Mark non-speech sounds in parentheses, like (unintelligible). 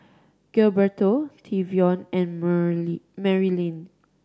Gilberto Trevion and (unintelligible) Marylyn